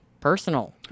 personal